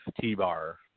T-Bar